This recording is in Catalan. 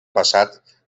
passat